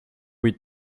huit